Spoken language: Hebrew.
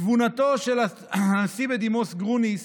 תבונתו של הנשיא בדימוס גרוניס